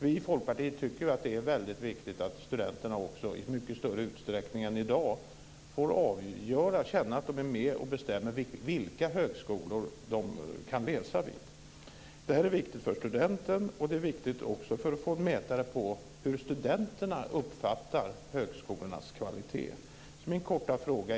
Vi i Folkpartiet tycker att det är väldigt viktigt att studenterna också i mycket större utsträckning än som i dag är fallet får känna att de är med och bestämmer vilka högskolor de kan läsa vid. Det är viktigt för studenterna men också för att få en mätare på hur studenterna uppfattar högskolornas kvalitet.